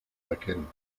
erkennen